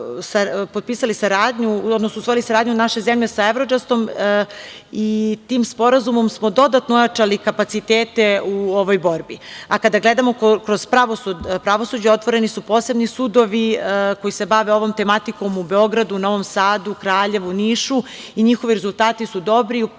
usvojili saradnju sa Evrodžastom i tim sporazumom smo dodatno ojačali kapacitete u ovoj borbi. A kada gledamo kroz pravosuđe, otvoreni su posebni sudovi koji se bave ovom tematikom u Beogradu, Novom Sadu, Kraljevu, Nišu i njihovi rezultati su dobri.